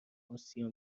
آسیا